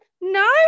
No